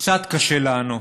קצת קשה לענות,